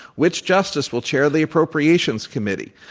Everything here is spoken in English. which justice will chair the appropriations committee?